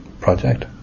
Project